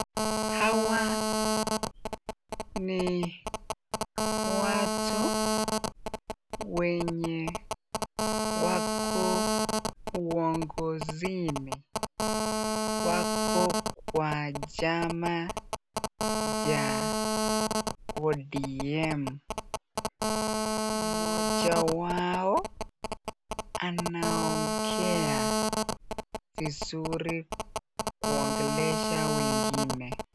Hawa ni watu wenye wako uongozini. Wako kwa chama cha ODM. Mmoja wao anaongea vizuri kuongelesha wengine.